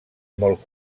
molt